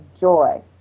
joy